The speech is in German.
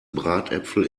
bratäpfel